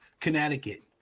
Connecticut